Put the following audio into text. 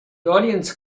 audience